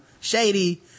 shady